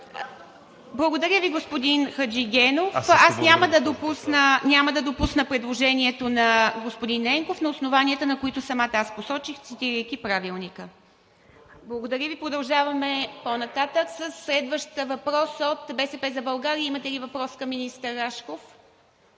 Благодаря Ви, господин Хаджигенов. Няма да допусна предложението на господин Ненков, на основанията, които самата аз посочих, цитирайки Правилника. Продължаваме по-нататък със следващ въпрос от „БСП за България“. Имате ли въпрос към министър Рашков?